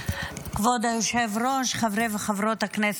כבוד היושב-ראש, חברי וחברות הכנסת,